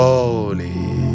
Holy